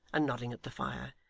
and nodding at the fire,